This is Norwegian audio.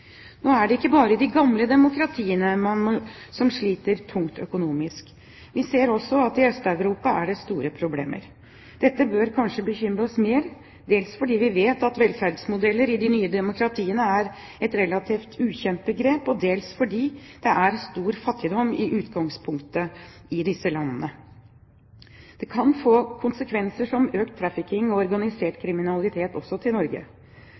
det er ikke bare de gamle demokratiene som sliter tungt økonomisk. Vi ser også at i Øst-Europa er det store problemer. Dette bør kanskje bekymre oss mer, dels fordi vi vet at velferdsmodeller er et relativt ukjent begrep i de nye demokratiene, og dels fordi det i utgangspunktet er stor fattigdom i disse landene. Det kan få konsekvenser som økt trafficking og organisert kriminalitet også til Norge.